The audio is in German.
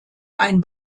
ein